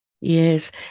Yes